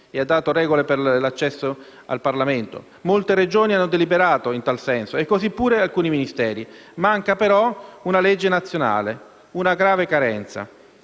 e ha definito regole per l'accesso al Parlamento; molte Regioni hanno deliberato in tal senso e così pure alcuni Ministeri. Manca però una legge nazionale e questa è una grave carenza.